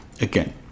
again